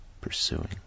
pursuing